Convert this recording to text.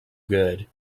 good